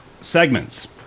segments